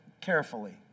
carefully